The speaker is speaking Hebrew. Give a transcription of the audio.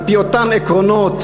על-פי אותם עקרונות,